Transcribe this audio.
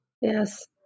Yes